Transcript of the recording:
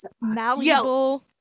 malleable